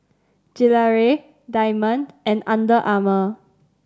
Gelare Diamond and Under Armour